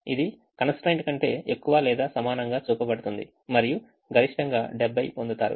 ఇది constraint కంటే ఎక్కువ లేదా సమానంగా చూపబడుతుంది మరియు గరిష్టంగా 70 పొందుతారు